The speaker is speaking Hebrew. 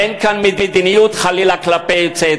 אין כאן מדיניות, חלילה, כלפי יוצאי